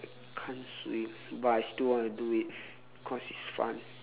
can't swim but I still want to do it cause it's fun